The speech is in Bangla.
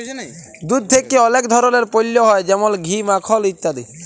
দুধ থেক্যে অলেক ধরলের পল্য হ্যয় যেমল ঘি, মাখল ইত্যাদি